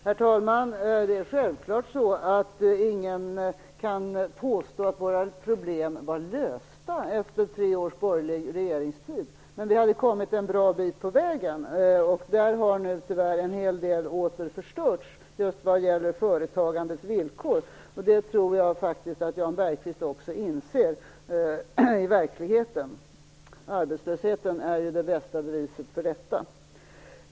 Herr talman! Det är självklart att ingen kan påstå att våra problem var lösta efter tre års borgerlig regeringstid. Men vi hade kommit en bra bit på vägen, och nu har tyvärr en hel del åter förstörts just vad gäller företagandets villkor. Det tror jag faktiskt också att Jan Bergqvist i verkligheten inser. Arbetslösheten är ju det bästa beviset för detta.